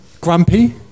grumpy